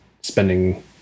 spending